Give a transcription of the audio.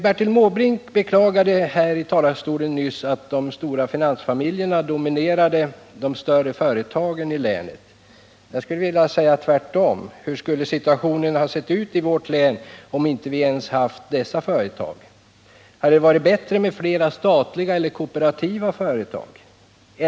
Bertil Måbrink beklagade nyss här i talarstolen att de stora finansfamiljerna dominerade de större företagen i länet. Jag skulle vilja säga tvärtom. Hur skulle situationen ha varit i vårt län om vi inte ens haft dessa företag? Hade det varit bättre med flera statliga eller kooperativa företag?